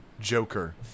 Joker